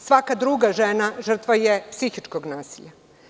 Svaka druga žena žrtva je psihičkog nasilja.